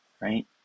right